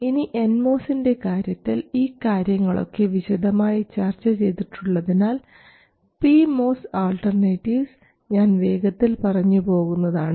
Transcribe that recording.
ഇനി എൻ മോസിൻറെ കാര്യത്തിൽ ഈ കാര്യങ്ങളൊക്കെ വിശദമായി ചർച്ച ചെയ്തിട്ടുള്ളതിനാൽ പി മോസ് ആൾട്ടർനേറ്റീവ്സ് ഞാൻ വേഗത്തിൽ പറഞ്ഞു പോകുന്നതാണ്